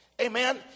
Amen